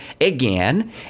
again